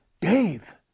Dave